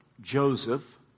Joseph